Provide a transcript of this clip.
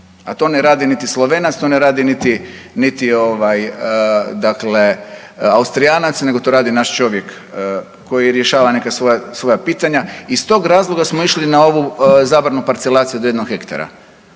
A to ne radi niti Slovenac, to ne radi niti, niti ovaj dakle Austrijanac nego to radi naš čovjek koji rješavana neka svoja pitanja. I stog razloga smo išli na ovu zabranu parcelacije do 1 hektara.